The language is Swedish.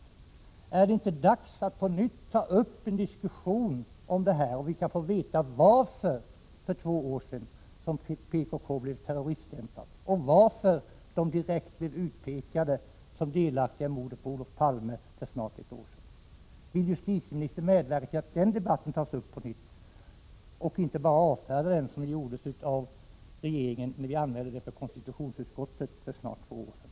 Är det inte dags att på nytt ta upp en diskussion om detta, så att vi kan få veta varför PKK för två år sedan stämplades som terroristorganisation och varför organisationen direkt utpekades för delaktighet i mordet på Olof Palme för snart ett år sedan? Vill justitieministern medverka till att den diskussionen tas upp på nytt och inte bara avfärda den, som regeringen gjorde när vpk anmälde saken till konstitutionsutskottet för snart två år sedan?